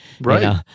Right